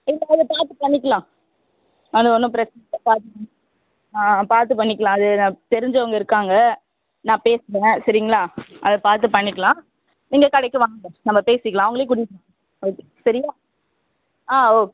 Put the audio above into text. என்ன அது பார்த்து பண்ணிக்கலாம் அது ஒன்றும் பிரச்சனை இல்லை பார்த்து பண்ணிக்கலாம் ஆ பார்த்து பண்ணிக்கலாம் அது நான் தெரிஞ்சவங்க இருக்காங்க நான் பேசுகிறேன் சரிங்களா அதை பார்த்து பண்ணிக்கலாம் நீங்கள் கடைக்கு வாங்க நம்ம பேசிக்கலாம் அவங்களையும் கூட்டிகிட்டு வாங்க ஓகே சரியா ஆ ஓக்